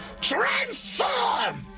transform